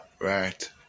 Right